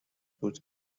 بود